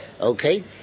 Okay